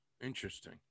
Interesting